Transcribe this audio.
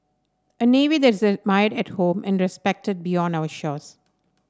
a navy that is admired at home and respected beyond our shores